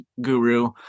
guru